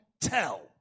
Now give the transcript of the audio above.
Tell